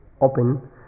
open